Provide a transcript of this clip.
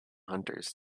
hunters